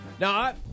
Now